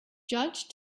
judge